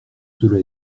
cela